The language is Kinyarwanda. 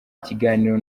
ikiganiro